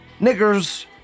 Niggers